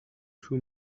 two